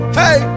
hey